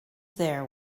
there